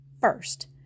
First